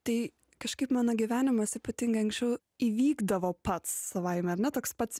tai kažkaip mano gyvenimas ypatingai anksčiau įvykdavo pats savaime ar ne toks pats